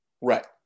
Right